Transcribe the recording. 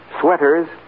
sweaters